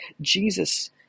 Jesus